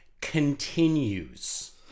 continues